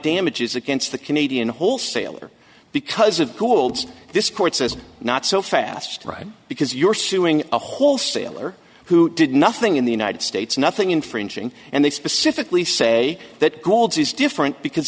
damages against the canadian wholesaler because of gould's this court says not so fast right because you're suing a wholesaler who did nothing in the united states nothing infringing and they specifically say that gold's is different because